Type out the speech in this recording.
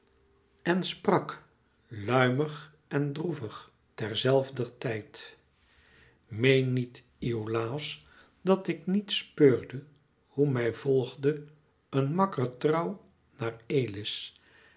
en sprak luimig en droevig ter zelfder tijd meen niet iolàos dat ik niet speurde hoe mij volgde een makker trouw naar elis